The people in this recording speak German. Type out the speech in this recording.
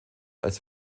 als